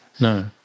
No